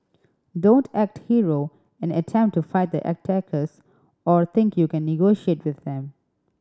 don't act hero and attempt to fight the attackers or think you can negotiate with them